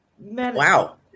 Wow